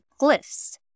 glyphs